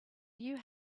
you